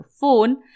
phone